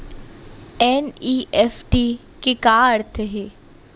NEFT के का अर्थ है?